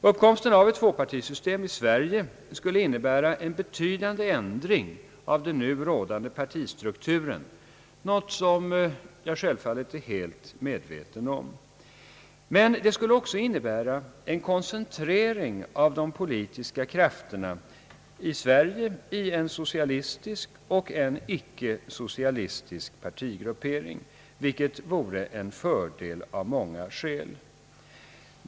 Uppkomsten av ett tvåpartisystem i Sverige skulle innebära en betydande ändring av den nu rådande partistrukturen, något som jag självfallet inte bara är medveten om utan även anser vara riktigt. Men det skulle också innebära en koncentrering av de politiska krafterna i Sverige i en socialistisk och en icke-socialistisk partigrupppering, vilket vore en fördel av många skäl.